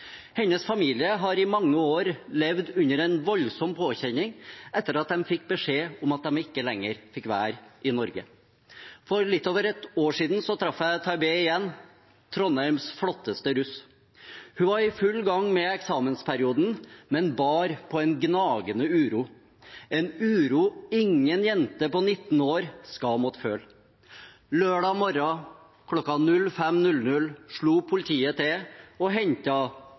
Hennes familie har i mange år levd under en voldsom påkjenning etter at de fikk beskjed om at de ikke lenger fikk være i Norge. For litt over et år siden traff jeg Taibeh igjen – Trondheims flotteste russ. Hun var i full gang med eksamensperioden, men bar på en gnagende uro, en uro ingen jente på 19 år skal måtte føle. Lørdag morgen kl. 05.00 slo politiet til og